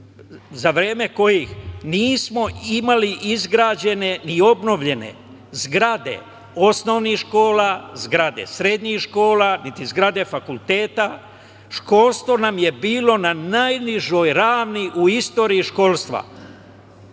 za vreme kojih nismo imali izgrađene ni obnovljene zgrade osnovnih škola, zgrade srednjih škola, niti zgrade fakulteta. Školstvo nam je bilo na najnižoj ravni u istoriji školstva.